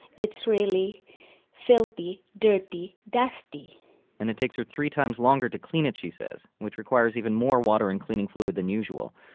it's really filthy, dirty, dusty and it takes her three times longer to clean it, she says, which requires even more water and cleaning fluid than usual.